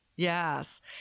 Yes